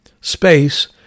space